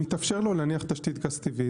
מתאפשר לו להניח תשתית גז טבעי,